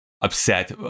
upset